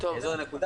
זו נקודה